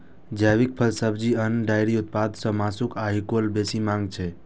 जैविक फल, सब्जी, अन्न, डेयरी उत्पाद आ मासुक आइकाल्हि बेसी मांग छै